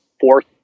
fourth